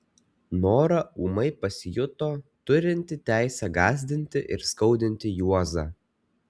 nora ūmai pasijuto turinti teisę gąsdinti ir skaudinti juozą